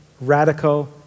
radical